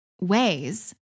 ways